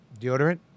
deodorant